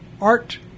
art